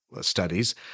studies